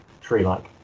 tree-like